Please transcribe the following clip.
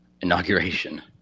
inauguration